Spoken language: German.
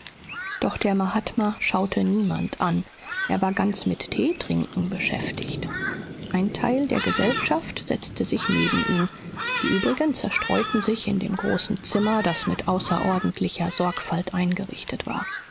doch der mahatma schaute niemand an er war ganz mit teetrinken beschäftigt ein teil der gesellschaft setzte sich neben ihn die übrigen zerstreuten sich in dem großen zimmer das mit außerordentlicher sorgfalt eingerichtet war